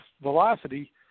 velocity